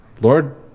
Lord